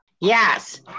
Yes